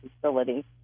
Facility